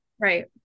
Right